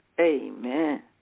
Amen